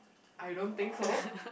I don't think so